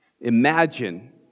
Imagine